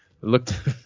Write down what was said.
looked